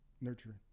nurturing